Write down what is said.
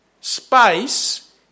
Space